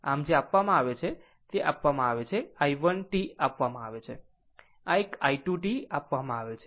આમ જે આપવામાં આવે છે તે આપવામાં આવે છે i1 t આપવામાં આવે છે આ એક i2 t આપવામાં આવે છે